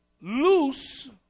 loose